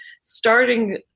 starting